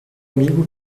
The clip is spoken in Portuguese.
amigo